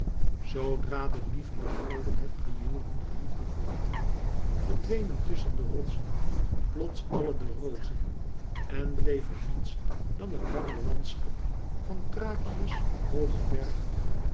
zoodra de lievende goden het priëel hunner liefde verlieten verdwenen tusschen de rotsen plots alle de rozen en bleef er niets dan het barre landschap van